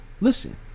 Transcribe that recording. listen